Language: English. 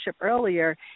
earlier